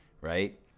right